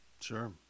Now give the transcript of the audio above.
Sure